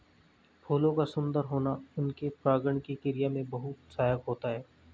फूलों का सुंदर होना उनके परागण की क्रिया में बहुत सहायक होता है